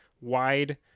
wide